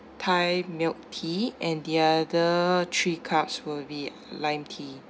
thai milk tea and the other three cups will be lime tea